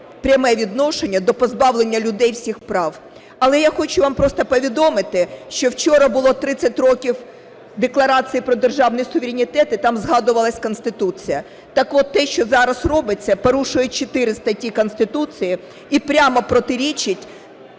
пряме відношення до позбавлення людей всіх прав. Але я хочу вам просто повідомити, що вчора було 30 років Декларації про державний суверенітет і там згадувалася Конституція, так от те, що зараз робиться, порушує чотири статті Конституції і прямо протирічить